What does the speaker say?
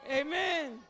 Amen